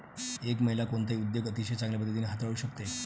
एक महिला कोणताही उद्योग अतिशय चांगल्या पद्धतीने हाताळू शकते